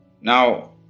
Now